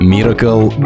Miracle